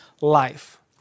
life